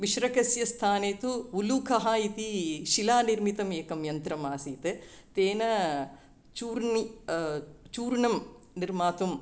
मिश्रकस्य स्थाने तु उलूखलम् इति शिलानिर्मितम् एकं यन्त्रम् आसीत् तेन चूर्णं चूर्णं निर्मातुम्